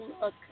look